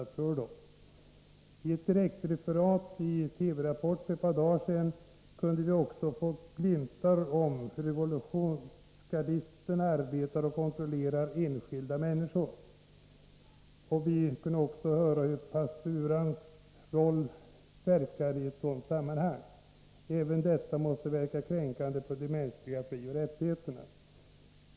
tiv för att öka rätts | I ett direktreferat i TV-Rapport för ett par dagar sedan kunde vi också få glimtar av hur revolutionsgardisterna arbetar och kontrollerar enskilda människor i Iran och om pasturans roll i ett sådant sammanhang. Även sådant som då kom fram måste verka kränkande på de mänskliga frioch rättigheterna.